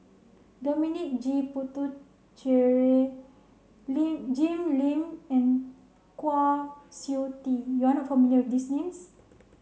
Dominic J Puthucheary Lim Jim Lim and Kwa Siew Tee you are not familiar with these names